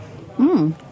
Mmm